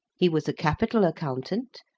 he was a capital accountant,